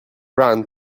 ran